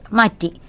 mati